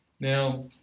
Now